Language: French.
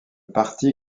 parti